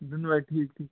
دۄنوَے ٹھیٖک ٹھیٖک